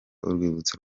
urwibutso